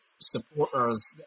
Supporters